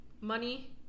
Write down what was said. money